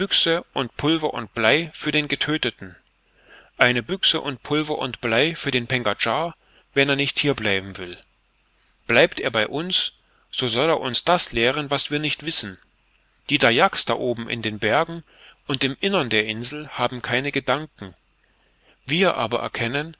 und pulver und blei für den getödteten eine büchse und pulver und blei für den pengadschar wenn er nicht hier bleiben will bleibt er bei uns so soll er uns das lehren was wir nicht wissen die dayaks da oben in den bergen und im innern der insel haben keine gedanken wir aber erkennen